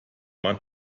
man